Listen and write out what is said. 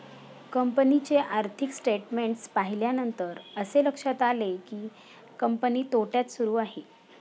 कंपनीचे आर्थिक स्टेटमेंट्स पाहिल्यानंतर असे लक्षात आले की, कंपनी तोट्यात सुरू आहे